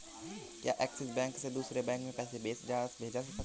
क्या Axis bank से दूसरे बैंक में पैसे भेजे जा सकता हैं?